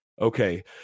Okay